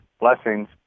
Blessings